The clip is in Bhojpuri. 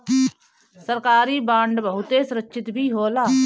सरकारी बांड बहुते सुरक्षित भी होला